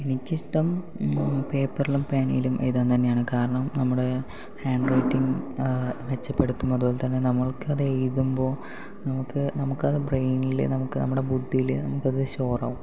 എനിക്കിഷ്ടം പേപ്പറിലും പേനയിലും എഴുതാൻ തന്നെയാണ് കാരണം നമ്മുടെ ഹാൻഡ് റൈറ്റിങ് മെച്ചപ്പെടുത്തും അതുപോലെത്തന്നെ നമ്മൾക്ക് അത് എഴുതുമ്പോൾ നമുക്ക് നമുക്ക് അത് ബ്രൈനിൽ നമുക്ക് നമ്മുടെ ബുദ്ധിയിൽ നമുക്കത് സ്റ്റോറാവും